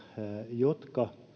jotka